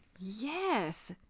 Yes